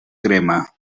crema